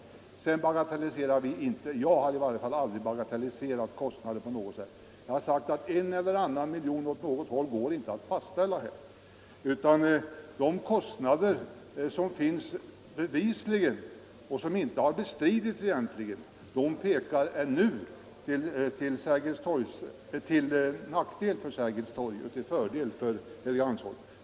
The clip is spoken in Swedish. Vi har inte bagatelliserat kostnaderna på något sätt. Jag har i varje fall aldrig gjort det. Jag har sagt att en eller annan miljon åt något håll går inte att fastställa här. Men de kostnader som här bevisligen finns och som egentligen inte har bestridits pekar till nackdel för Sergels torg och till fördel för Helgeandsholmen.